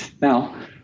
now